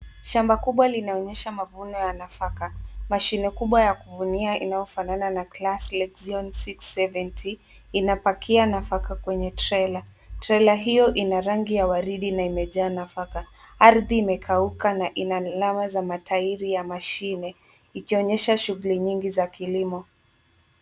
Shamba kubwa linaonyesha mavuno ya nafaka, mashine kubwa ya kuvunia inayofanana na class lexion 670 inapakia nafaka kwenye trela. Trela hio ina rangi ya waridi na imejaa nafaka , ardhi imekauka na ina alama za matairi ya mashine, ikionyesha shughuli nyingi za kilimo.